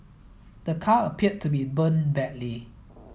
the car appeared to be burnt badly